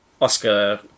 Oscar